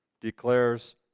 declares